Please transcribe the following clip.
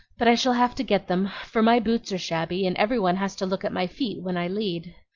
but i shall have to get them for my boots are shabby, and every one has to look at my feet when i lead.